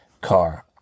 car